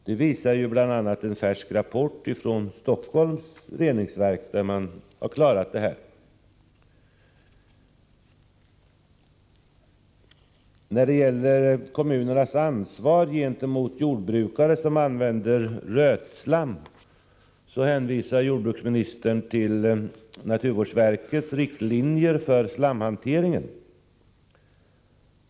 Det visar bl.a. en färsk rapport från Stockholms reningsverk, där man har klarat detta. När det gäller kommunernas ansvar gentemot jordbrukare som använder rötslam hänvisar jordbruksministern till naturvårdsverkets anvisningar för slamhanteringen.